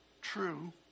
true